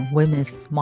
Women's